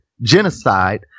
genocide